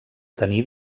tenir